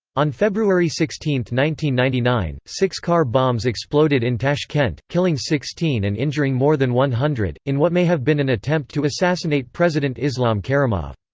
on february sixteen, ninety ninety nine, six car bombs exploded in tashkent, killing sixteen and injuring more than one hundred, in what may have been an attempt to assassinate president islam karimov.